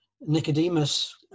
Nicodemus